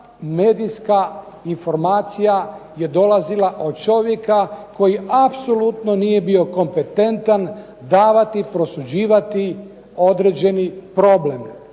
medijska informacija dolazila od čovjeka koji apsolutno nije bio kompetentan davati, osuđivati određeni problem.